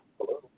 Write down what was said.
Hello